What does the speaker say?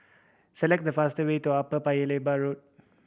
select the fast way to Upper Paya Lebar Road